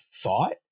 thought